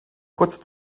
kurzer